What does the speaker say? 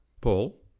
Paul